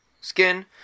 skin